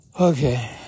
Okay